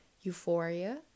euphoria